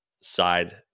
side